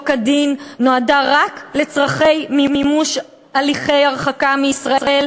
כדין נועדה רק לצורכי מימוש הליכי הרחקה מישראל,